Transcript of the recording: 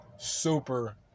super